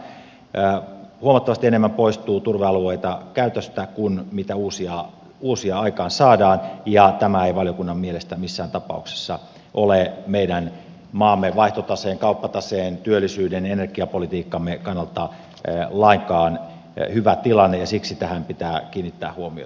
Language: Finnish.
huomattavasti enemmän poistuu turvealueita käytöstä kuin uusia aikaansaadaan ja tämä ei valiokunnan mielestä missään tapauksessa ole meidän maamme vaihtotaseen kauppataseen työllisyyden energiapolitiikkamme kannalta lainkaan hyvä tilanne ja siksi tähän pitää kiinnittää huomiota